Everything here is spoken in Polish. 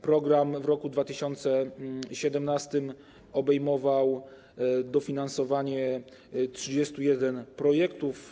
Program w roku 2017 obejmował dofinansowanie 31 projektów.